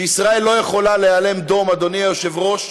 שישראל לא יכולה להיאלם דום, אדוני היושב-ראש,